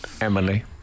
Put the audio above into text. Emily